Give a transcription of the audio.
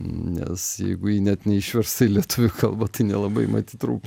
nes jeigu ji net neišversta į lietuvių kalbą tai nelabai matyt rųpi